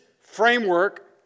framework